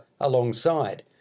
alongside